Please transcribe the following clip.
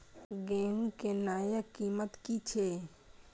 गेहूं के नया कीमत की छे?